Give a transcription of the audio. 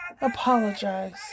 apologize